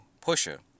Pusher